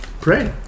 Great